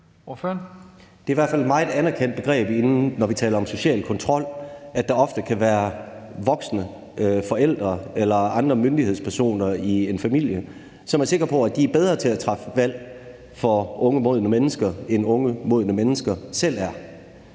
fald et meget anerkendt begreb, når vi taler om social kontrol, at der ofte kan være forældre eller andre myndighedspersoner, som er sikre på, at de er bedre til at træffe valg for unge modne mennesker, end unge modne mennesker selv er.